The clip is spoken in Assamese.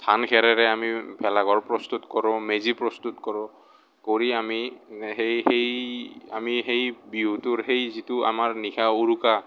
ধান খেৰেৰে আমি ভেলাঘৰ প্ৰস্তুত কৰোঁ মেজি প্ৰস্তুত কৰোঁ কৰি আমি সেই সেই আমি সেই বিহুটোৰ সেই যিটো আমাৰ নিশা উৰুকা